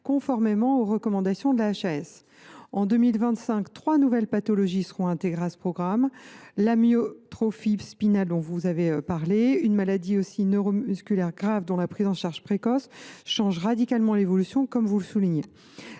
conformément aux recommandations de la HAS. En 2025, trois nouvelles pathologies seront intégrées à ce programme, dont l’amyotrophie spinale, une maladie neuromusculaire grave dont la prise en charge précoce change radicalement l’évolution, comme vous l’avez souligné.